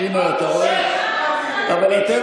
איך אתה אומר אחמד טיבי